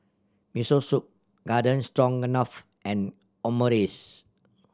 Miso Soup Garden Stroganoff and Omurice